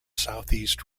southeast